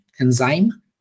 Enzyme